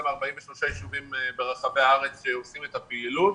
מ-43 ישובים ברחבי הארץ שם עושים את הפעילות.